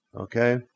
Okay